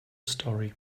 story